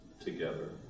together